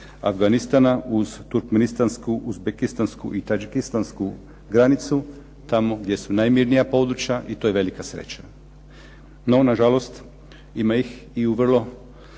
Afganistana uz Turkmenistansku, Uzbekinstansku i Tadžihistansku granicu, tamo gdje su najmirnija područja i to je velika sreća. No nažalost, ima ih i u vrlo